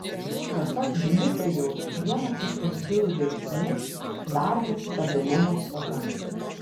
pasak dmitrijaus vienas iš sunkiųjų veiksnių darbo stabilumo stoka